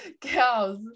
cows